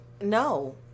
no